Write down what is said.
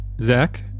zach